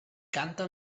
canta